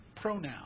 pronoun